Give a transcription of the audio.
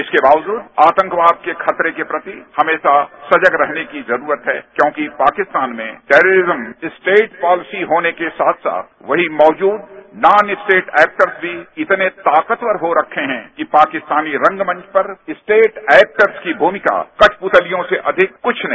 इसके बावजूद आतंकवाद के खतरे के प्रति हमेशा सजग रहने की जरूरत है क्योंकि पाकिस्तान में टेरीरिज्म स्टेट पॉलिसी होने के साथ साथ वहीं मौजूद नॉन स्टेट एक्टर्स भी इतने ताकतवर हो रखे हैं कि पाकिस्तानी रंगमंच पर स्टेट एक्टर्स की भूमिका कठपुतलियों से अधिक कुछ नहीं